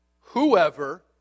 Whoever